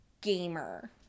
gamer